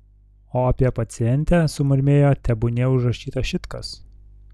o apie pacientę sumurmėjo tebūnie užrašyta šit kas